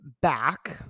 back